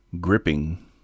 gripping